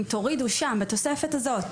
אם תורידו שם בתוספת הזאת,